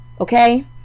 okay